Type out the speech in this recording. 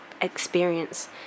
experience